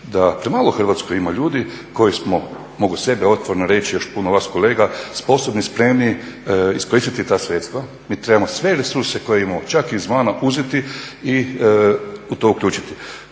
da premalo u Hrvatskoj ima ljudi koji smo, mogu sebe otvoreno reći, još puno vas kolega, sposobni, spremni iskoristiti ta sredstva. Mi trebamo sve resurse koje imamo, čak izvana uzeti i u to uključiti.